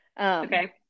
Okay